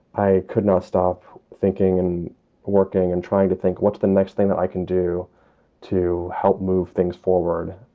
i could not stop thinking and working and trying to think, what's the next thing that i can do to help move things forward?